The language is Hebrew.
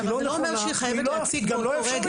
זה לא אומר היא חייבת הציג באו תו רגע.